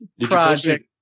project